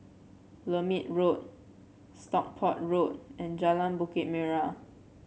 Lermit Road Stockport Road and Jalan Bukit Merah